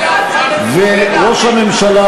וראש הממשלה,